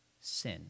sin